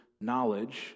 knowledge